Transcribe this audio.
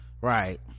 right